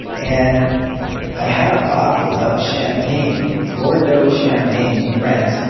and i had a bottle of champagne, lordo champagne from france,